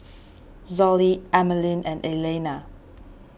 Zollie Emmaline and Elaina